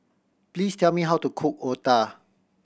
please tell me how to cook otah